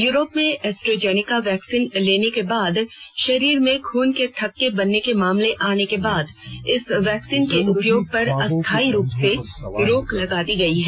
Europe में AstraZeneca vaccine लेने के बाद शरीर में खून के थक्के बनने के मामले आने के बाद इस वैक्सीन के उपयोग पर अस्थायी रूप से रोक लगा दी गई है